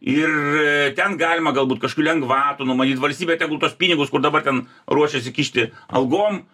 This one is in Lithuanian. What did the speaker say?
ir ten galima galbūt kažkokių lengvatų numatyt valstybė tegul tuos pinigus kur dabar ten ruošiasi kišti algom